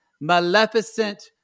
Maleficent